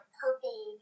purple